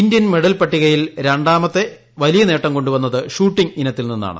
Indian medal പട്ടികയിൽ രണ്ടാമത്തെ വലിയ നേട്ടം കൊണ്ടുവന്ന് ഷൂട്ടിംഗ് ഇനത്തിൽ നിന്നാണ്